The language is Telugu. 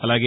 అలాగే